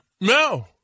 no